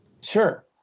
Sure